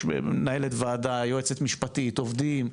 יש מנהלת ועדה, יועצת משפטית, עובדים,